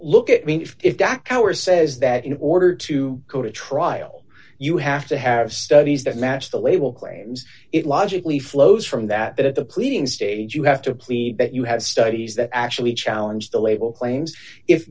look at me if the act our says that in order to go to trial you have to have studies that match the label claims it logically flows from that at the pleading stage you have to plead that you have studies that actually challenge the label claims if